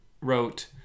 wrote